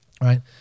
right